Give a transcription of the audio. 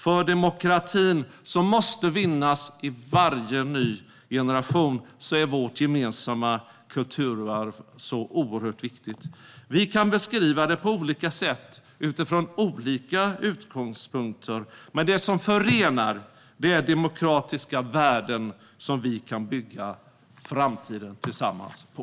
För demokratin, som måste vinnas i varje ny generation, är vårt gemensamma kulturarv så oerhört viktigt. Vi kan beskriva det på olika sätt utifrån olika utgångspunkter. Men det som förenar är demokratiska värden som vi tillsammans kan bygga framtiden på.